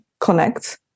connect